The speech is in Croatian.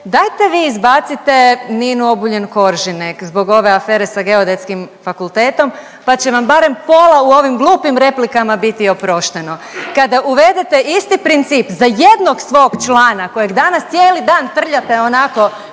dajte vi izbacite Ninu Obuljen Koržinek zbog ove afere sa Geodetskim fakultetom, pa će vam barem pola u ovim glupim replikama biti oprošteno. Kada uvedete isti princip za jednog svog člana kojeg danas cijeli dan trljate onako